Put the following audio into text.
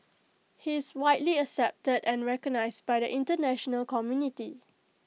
he is widely accepted and recognised by the International community